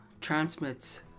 transmits